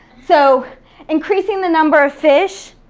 so increasing the number of fish.